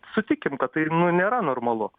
sutikim kad tai nu nėra normalu